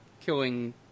killing